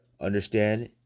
Understand